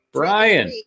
brian